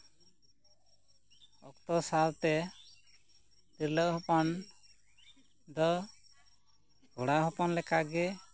ᱚᱠᱛᱚ ᱥᱟᱶᱛ ᱛᱤᱨᱞᱟᱹ ᱦᱚᱯᱚᱱ ᱫᱚ ᱠᱚᱲᱟ ᱦᱚᱯᱚᱱ ᱞᱮᱠᱟᱜᱮ